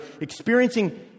experiencing